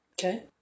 Okay